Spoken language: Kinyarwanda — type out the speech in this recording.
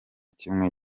kimwe